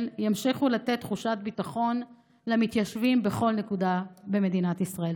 ימשיכו לתת תחושת ביטחון למתיישבים בכל נקודה במדינת ישראל.